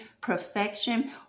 perfection